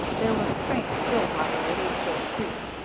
there was a train to stillwater at eight-forty-two.